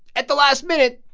at the last minute,